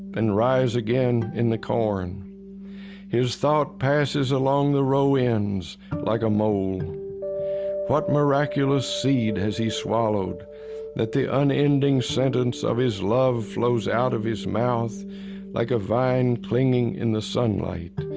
and rise again in the corn his thought passes along the row ends like a mole what miraculous seed has he swallowed that the unending sentence of his love flows out of his mouth like a vine clinging in the sunlight,